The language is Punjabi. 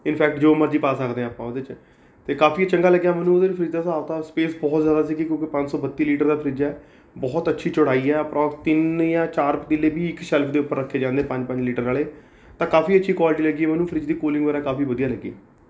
ਇੰਨਫੈਕਟ ਜੋ ਮਰਜ਼ੀ ਪਾ ਸਕਦੇ ਹਾਂ ਆਪਾਂ ਉਹਦੇ 'ਚ ਅਤੇ ਕਾਫ਼ੀ ਚੰਗਾਂ ਲੱਗਿਆ ਮੈਨੂੰ ਉਹਦਾ ਫ਼ਰਿੱਜ ਦਾ ਹਿਸਾਬ ਕਿਤਾਬ ਸਪੇਸ ਬਹੁਤ ਜ਼ਿਆਦਾ ਸੀਗੀ ਕਿਉਂਕਿ ਪੰਜ ਸੌ ਬੱਤੀ ਲੀਟਰ ਦਾ ਫ਼ਰਿੱਜ ਹੈ ਬਹੁਤ ਅੱਛੀ ਚੋੜਾਈ ਹੈ ਅਪਰੋਕਸ ਤਿੰਨ ਜਾਂ ਚਾਰ ਪਤੀਲੇ ਵੀ ਇੱਕ ਸ਼ੈਲਫ ਦੇ ਉੱਪਰ ਰੱਖੇ ਜਾਂਦੇ ਪੰਜ ਪੰਜ ਲੀਟਰ ਵਾਲੇ ਤਾਂ ਕਾਫ਼ੀ ਅੱਛੀ ਕੁਆਲਟੀ ਲੱਗੀ ਮੈਨੂੰ ਫ਼ਰਿੱਜ ਦੀ ਕੁਲਿੰਗ ਕਾਫ਼ੀ ਵਧੀਆ ਲੱਗੀ